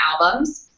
albums